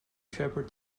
shepard